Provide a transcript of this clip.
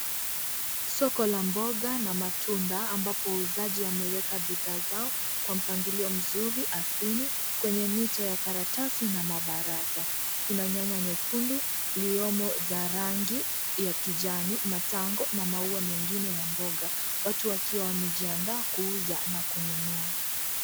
Soko la mboga na matunda, ambapo wauzaji wameweka bidhaa zao kwa mpangilio mzuri ardhini kwenye miche ya karatasi na mabaraza. Kuna nyanya nyekundu iliomo za rangi ya kijani, matango na maua mengine ya mboga. Watuwakiwa wamejiandaa kuuza na kununua.